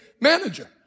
manager